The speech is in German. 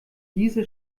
diese